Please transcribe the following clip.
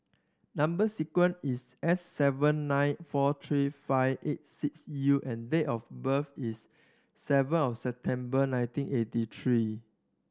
number sequence is S seven nine four three five eight six U and date of birth is seven of September nineteen eighty three